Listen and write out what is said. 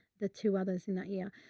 the two others in that year.